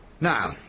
Now